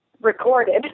Recorded